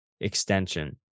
extension